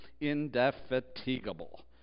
indefatigable